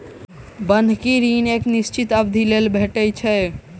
बन्हकी ऋण एक निश्चित अवधिक लेल भेटैत छै